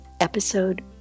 episode